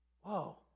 Whoa